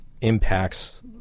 impacts